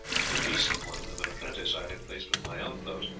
the decent one of an apprentice i have placed with my own clothes,